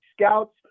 scouts